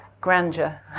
grandeur